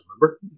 remember